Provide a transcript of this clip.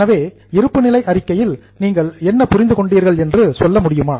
எனவே balance sheet இருப்பு நிலை அறிக்கையில் நீங்கள் என்ன புரிந்து கொண்டீர்கள் என்று சொல்ல முடியுமா